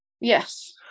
Yes